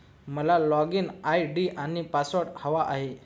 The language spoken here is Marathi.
मला लॉगइन आय.डी आणि पासवर्ड हवा आहे